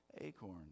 acorn